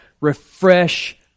refresh